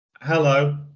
Hello